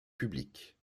publique